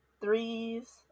threes